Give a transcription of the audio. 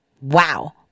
Wow